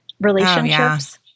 Relationships